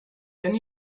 can